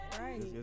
Right